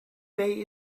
day